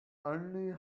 only